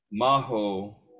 maho